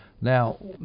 Now